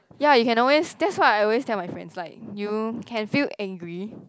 ya you can always that's what I always tell my friends like you can feel angry